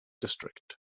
district